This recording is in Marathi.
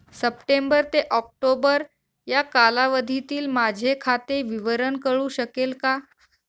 सप्टेंबर ते ऑक्टोबर या कालावधीतील माझे खाते विवरण कळू शकेल का?